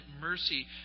mercy